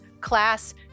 class